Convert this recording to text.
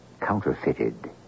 counterfeited